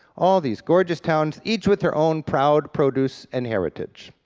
all these gorgeous towns, each with their own proud produce and heritage.